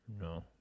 No